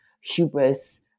Hubris